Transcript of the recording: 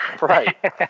right